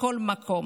בכל מקום.